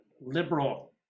liberal